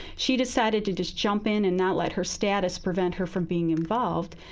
she decided to just jump in and not let her status prevent her from being involved,